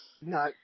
No